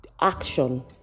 action